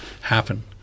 happen